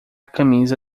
camisa